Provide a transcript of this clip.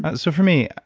but so for me,